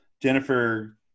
Jennifer